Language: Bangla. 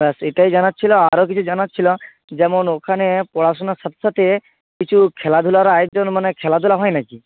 ব্যস এটাই জানার ছিল আরও কিছু জানার ছিল যেমন ওখানে পড়াশুনার সাথে সাথে কিছু খেলাধুলারও আয়োজন মানে খেলাধুলা হয় না কি